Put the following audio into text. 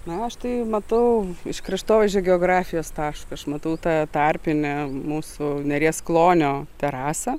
na aš tai matau iš kraštovaizdžio geografijos taško aš matau tą tarpinę mūsų neries klonio terasą